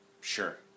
Sure